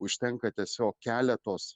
užtenka tiesiog keletos